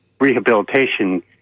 rehabilitation